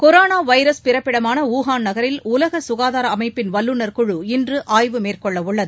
corona virus பிறப்பிடமான Wuhan நகரில் உலக குகாதார அமைப்பின் வல்லுனர் குழு இன்று ஆய்வு மேற்கொள்ளவுள்ளது